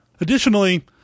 additionally